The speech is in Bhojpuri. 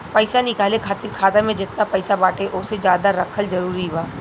पईसा निकाले खातिर खाता मे जेतना पईसा बाटे ओसे ज्यादा रखल जरूरी बा?